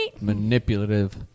Manipulative